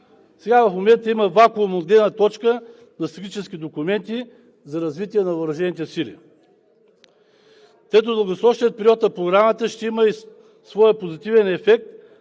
Сега в момента има вакуум от гледна точка на стратегически документи за развитие на въоръжените сили. Дългосрочният период на Програмата ще има своя позитивен ефект,